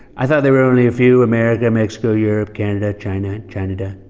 i thought there were only a few america, mexico, europe, canada, china, china-da,